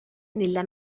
nella